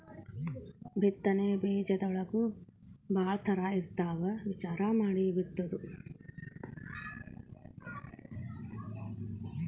ಬಿತ್ತನೆ ಬೇಜದೊಳಗೂ ಭಾಳ ತರಾ ಇರ್ತಾವ ವಿಚಾರಾ ಮಾಡಿ ಬಿತ್ತುದು